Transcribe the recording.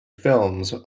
films